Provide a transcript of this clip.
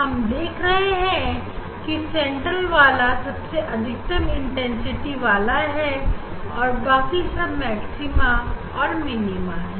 हम देख रहे हैं कि सेंट्रल वाला सबसे अधिकतम इंटेंसिटी वाला है और बाकी सब मैक्सिमा और मिनीमा है